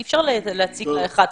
אי אפשר להציק לה אחד-אחד.